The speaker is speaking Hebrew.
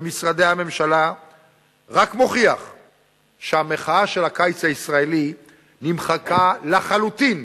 במשרדי הממשלה רק מוכיחים שהמחאה של הקיץ הישראלי נמחקה לחלוטין